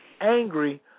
Angry